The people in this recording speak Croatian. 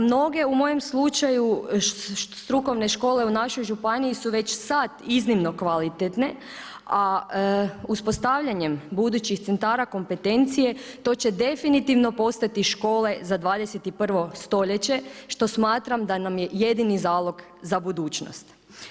Mnoge u mojem slučaju, strukovne škole u našoj županiji su već sad iznimno kvalitetne, a uspostavljenjem budućih sredstava kompetencije, to će definitivno postati škole za 21. stoljeće, što smatram da nam je jedini zalog za budućnost.